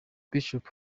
bishop